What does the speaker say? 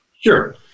Sure